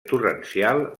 torrencial